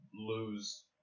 lose